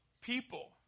people